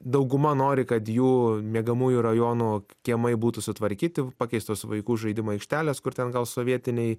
dauguma nori kad jų miegamųjų rajonų kiemai būtų sutvarkyti pakeistos vaikų žaidimų aikštelės kur ten gal sovietiniai